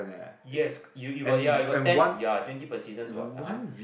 yes you you got ya you got ten ya twenty per seasons [what] (uh huh)